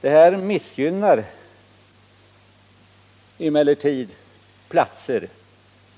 Detta missgynnar orter